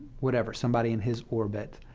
whatever, somebody in his orbit,